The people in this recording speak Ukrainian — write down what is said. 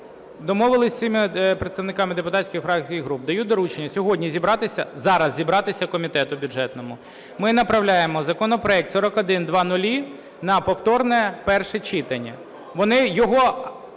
(домовилися з усіма представниками депутатських фракцій і груп) даю доручення сьогодні зібратися, зараз зібратися комітету бюджетному. Ми направляємо законопроект 4100 на повторне перше читання.